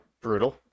brutal